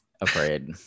Afraid